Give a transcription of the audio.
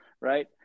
Right